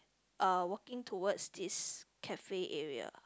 uh walking towards this cafe area